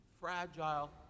fragile